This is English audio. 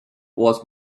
was